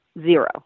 Zero